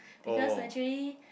because actually